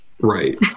Right